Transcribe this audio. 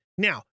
Now